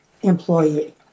employee